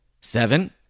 Seven